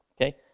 Okay